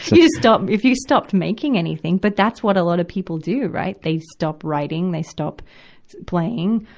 you just stop, if you stopped making anything, but that's what a lot of people do, right. they stop writing, they stop playing,